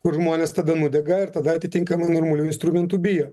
kur žmonės tada nudega ir tada atitinkamai normalių instrumentų bijo